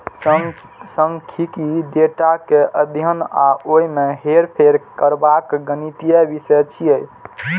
सांख्यिकी डेटा के अध्ययन आ ओय मे हेरफेर करबाक गणितीय विषय छियै